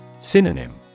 Synonym